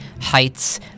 heights